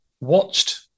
watched